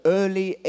early